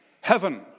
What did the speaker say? heaven